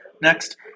Next